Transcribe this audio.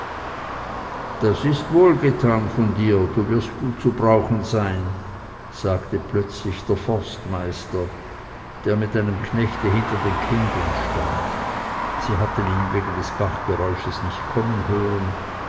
das ist wohlgetan von dir du wirst gut zu brauchen sein sagte plötzlich der forstmeister der mit einem knechte hinter den kindern stand sie hatten ihn wegen des bachgeräusches nicht kommen hören